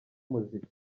muzika